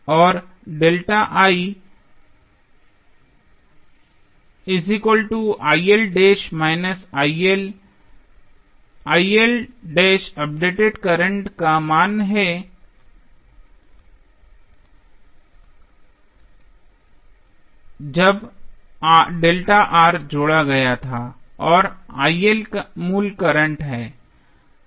तो updated current का मान है जब जोड़ा गया था और मूल करंट है